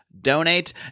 Donate